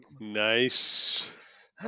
Nice